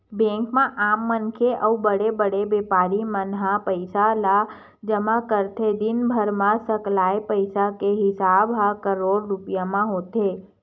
bank म आम मनखे अउ बड़े बड़े बेपारी मन ह पइसा ल जमा करथे, दिनभर म सकलाय पइसा के हिसाब ह करोड़ो रूपिया म होथे